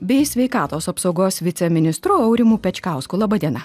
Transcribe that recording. bei sveikatos apsaugos viceministru aurimu pečkausku laba diena